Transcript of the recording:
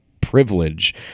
privilege